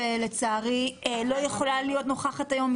שלצערי לא יכולה להיות נוכחת היום,